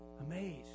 Amazed